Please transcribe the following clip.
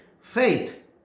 Faith